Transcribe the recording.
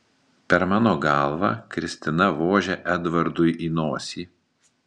per mano galvą kristina vožia edvardui į nosį